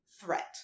threat